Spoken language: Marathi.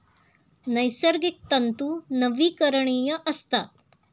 नैसर्गिक तंतू नवीकरणीय असतात